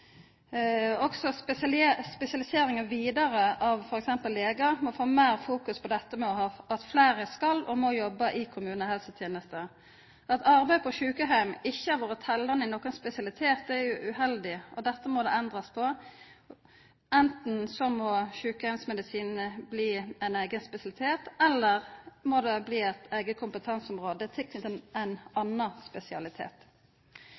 Også spesialiseringa vidare av t.d. legar må få meir fokus på dette med at fleire skal og må jobba i kommunehelsetenesta. At arbeid på sjukeheim ikkje har vore teljande i nokon spesialitet, er uheldig. Dette må det endrast på. Anten må sjukeheimsmedisin bli ein eigen spesialitet, eller så må det bli eit eige kompetanseområde knytt til ein